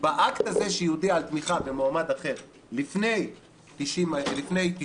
באקט הזה שהיא הודיעה על תמיכה במועמד אחר לפני 90 הימים,